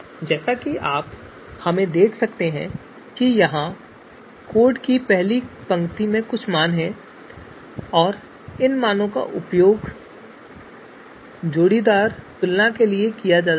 जैसा कि आप देख सकते हैं कि यहां कोड की पहली पंक्ति में कुछ मान हैं और इन मानों का उपयोग मानदंड की जोड़ीदार तुलना के लिए किया जाएगा